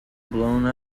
blown